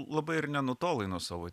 labai ir nenutolai nuo savo